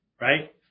Right